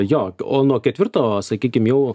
jo o nuo ketvirto sakykim jau